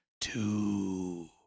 Two